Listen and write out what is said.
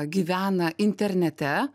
gyvena internete